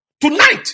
Tonight